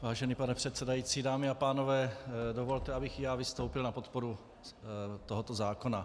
Vážený pane předsedající, dámy a pánové, dovolte, abych i já vystoupil na podporu tohoto zákona.